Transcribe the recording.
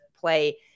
play –